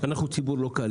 אנחנו ציבור לא קל,